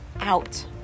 out